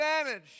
advantage